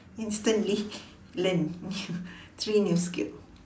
instantly learn new three new skill